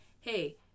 hey